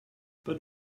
but